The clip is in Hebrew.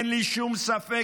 אין לי שום ספק,